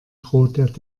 droht